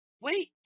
wait